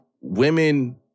women